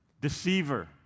deceiver